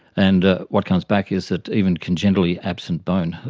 and what comes back is that even congenitally absent bone,